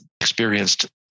experienced